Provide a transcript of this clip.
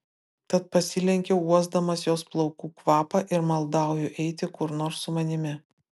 tad pasilenkiu uosdamas jos plaukų kvapą ir maldauju eiti kur nors su manimi